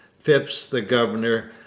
phipps, the governor,